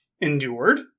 endured